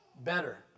better